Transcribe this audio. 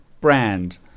brand